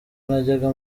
najyaga